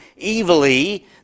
evilly